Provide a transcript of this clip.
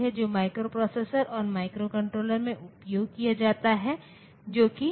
तो यह माइनस 4 का 2's कॉम्प्लीमेंट प्रतिनिधित्व है ठीक है